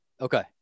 Okay